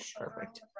perfect